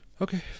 Okay